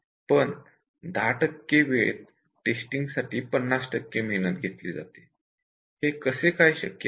फक्त 10 टक्के वेळेत टेस्टिंग साठी 50 टक्के मेहनत घेतली जाते हे कसे काय शक्य आहे